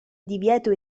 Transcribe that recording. divieto